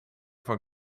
van